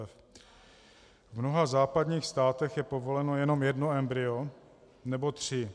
V mnoha západních státech je povoleno jenom jedno embryo nebo tři.